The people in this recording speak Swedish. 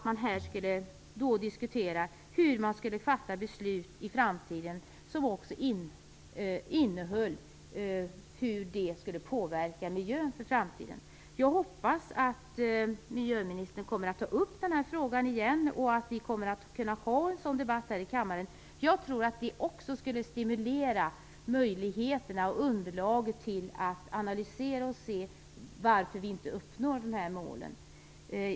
Man skulle diskutera hur man skall fatta beslut i framtiden och också hur de påverkar miljön. Jag hoppas att miljöministern kommer att ta upp denna fråga igen, och att vi kommer att kunna ha en sådan debatt här i kammaren. Jag tror att det också skulle stimulera möjligheterna och underlaget för att analysera och undersöka varför vi inte uppnår dessa mål.